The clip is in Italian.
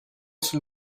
sul